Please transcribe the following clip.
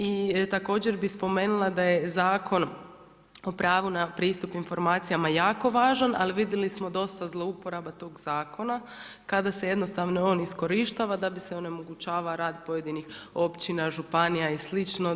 I također bi spomenula da je Zakon o pravu na pristup informacijama jako važan ali vidjeli smo dosta zlouporaba tog zakona kada se jednostavno on iskorištava da bi se onemogućavao rad pojedinih općina, županija i slično.